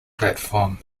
platform